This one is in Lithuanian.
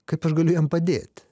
kaip aš galiu jam padėti